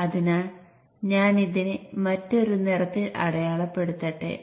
അതിനാൽ ഇതൊരു Vin2 ആണ്